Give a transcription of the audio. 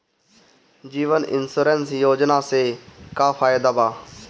जीवन insurance योजना से का फायदा बा?